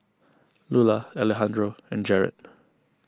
Lular Alejandro and Jarrett